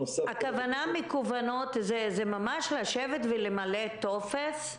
מקוונות, הכוונה ממש לשבת ולמלא טופס?